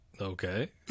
Okay